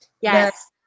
Yes